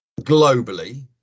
globally